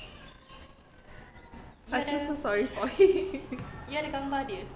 I feel so sorry for him